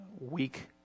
weak